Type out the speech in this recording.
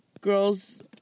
girls